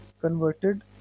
converted